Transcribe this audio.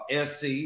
SC